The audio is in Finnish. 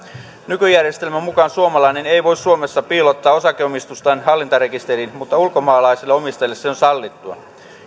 nykyjärjestelmän mukaan suomalainen ei voi suomessa piilottaa osakeomistustaan hallintarekisteriin mutta ulkomaalaisille omistajille se on sallittua